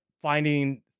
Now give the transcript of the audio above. finding